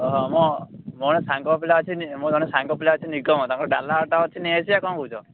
ହଁ ମୋ ମୋର ସାଙ୍ଗ ପିଲା ଅଛି ନି ମୋର ଜଣେ ସାଙ୍ଗପିଲା ଅଛି ତା ନାଁ ନିଗମ ତାଙ୍କର ଡାଲା ଅଟୋ ଅଛି ନେଇ ଆସିବା ନାଁ କ'ଣ କହୁଛ